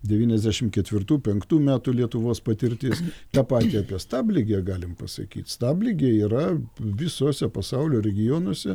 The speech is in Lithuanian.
devyniasdešim ketvirtų penktų metų lietuvos patirtis tą patį apie stabligę galim pasakyt stabligė yra visuose pasaulio regionuose